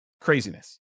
craziness